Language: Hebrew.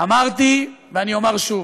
אמרתי, ואני אומַר שוב: